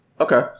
Okay